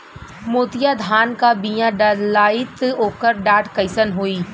मोतिया धान क बिया डलाईत ओकर डाठ कइसन होइ?